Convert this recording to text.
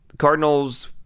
Cardinals